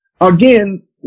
Again